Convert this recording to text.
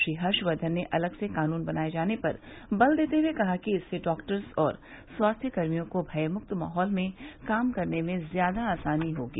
श्री हर्षवर्धन ने अलग से कानून बनाये जाने पर बल देते हुए कहा कि इससे डॉक्टर्स और स्वास्थ्यकर्मियों को भयमुक्त माहौल में काम करने में ज़्यादा आसानी होगी